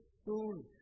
story